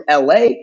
LA